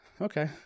okay